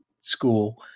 school